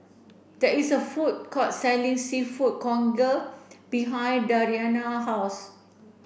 there is a food court selling seafood congee behind Dariana house